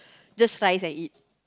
just rice and eat